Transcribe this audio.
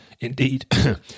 Indeed